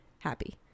happy